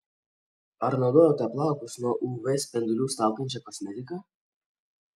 ar naudojate plaukus nuo uv spindulių saugančią kosmetiką